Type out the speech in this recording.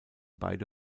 beide